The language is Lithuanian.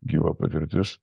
gyva patirtis